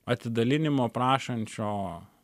atidalinimo prašančio